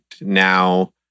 now